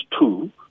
two